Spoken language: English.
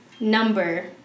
number